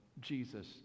Jesus